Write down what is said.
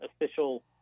official